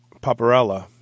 Paparella